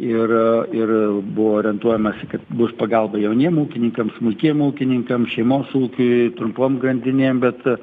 ir ir buvo orientuojamasi kad bus pagalba jauniem ūkininkam smulkiem ūkininkam šeimos ūkiui trumpom grandinėm bet